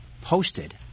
posted